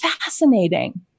fascinating